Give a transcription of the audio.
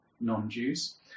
non-Jews